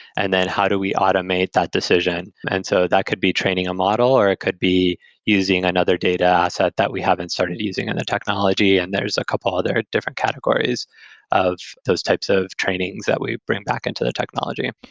and then how do we automate that decision? and so that could be training a model, or it could be using another data asset that we haven't started using in and the technology and there's a couple other different categories of those types of trainings that we bring back into the technology.